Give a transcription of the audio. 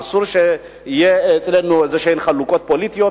אסור שיהיו אצלנו איזשהן חלוקות פוליטיות.